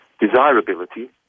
desirability